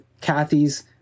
Kathy's